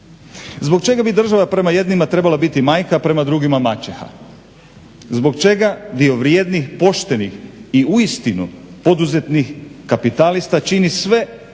Zbog čega bi država prema jednima trebala biti majka, prema drugima maćeha? Zbog čega dio vrijednih, poštenih i uistinu poduzetnih kapitalista čini sve